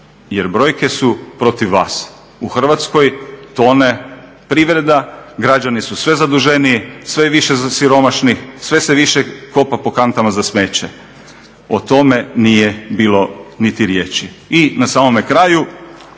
jer brojke su protiv vas. U Hrvatskoj tone privreda, građani su sve zaduženiji, sve je više siromašnih, sve se više kopa po kantama za smeće. O tome nije bilo niti riječi. I na samome kraju,